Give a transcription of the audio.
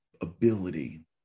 ability